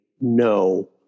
no